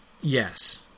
Yes